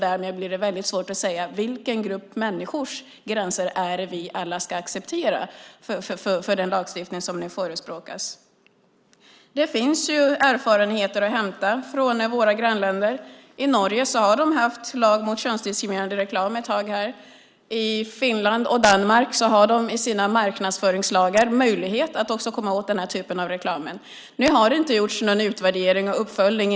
Därmed blir det väldigt svårt att säga vilken grupps gränser vi alla ska acceptera för den lagstiftning som nu förespråkas. Det finns erfarenheter att hämta från våra grannländer. I Norge har man haft lag mot könsdiskriminerande reklam ett tag. I Finland och Danmark har man i marknadsföringslagar möjlighet att också komma åt den här typen av reklam. Det har inte gjorts någon utvärdering och uppföljning.